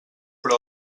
però